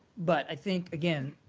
but i think, again,